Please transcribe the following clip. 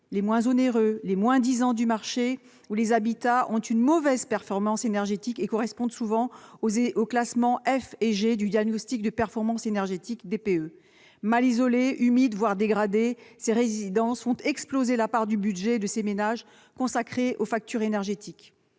les moins onéreux, les moins-disants du marché, c'est-à-dire vers les habitats qui ont une mauvaise performance énergétique, ceux qui correspondent souvent aux classes F et G du diagnostic de performance énergétique, le DPE. Mal isolées, humides, voire dégradées, ces résidences font exploser la part du budget de ces ménages consacrée aux factures énergétiques.